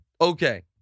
Okay